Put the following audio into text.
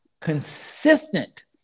consistent